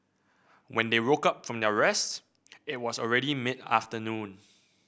when they woke up from their rest it was already mid afternoon